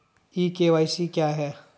ई KYC क्या है?